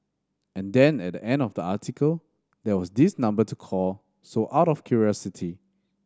and then at the end of the article there was this number to call so out of curiosity